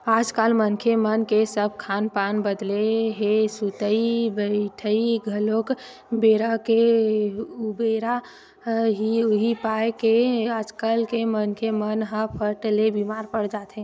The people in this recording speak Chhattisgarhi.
आजकल मनखे मन के सब खान पान बदले हे सुतई बइठई घलोक बेरा के उबेरा हे उहीं पाय के आजकल के मनखे मन ह फट ले बीमार पड़ जाथे